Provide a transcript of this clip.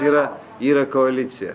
yra yra koalicija